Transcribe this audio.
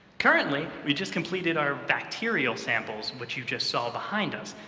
currently, we just completed our bacterial samples which you just saw behind us.